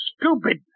stupid